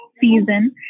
season